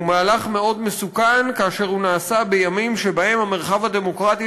והוא מהלך מאוד מסוכן כאשר הוא נעשה בימים שבהם המרחב הדמוקרטי